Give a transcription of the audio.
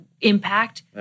impact